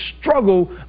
struggle